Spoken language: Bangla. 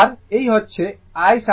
আর এই হচ্ছে I sin ω t 90oএর এক্সপ্রেশন